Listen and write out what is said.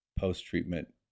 post-treatment